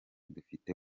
dufite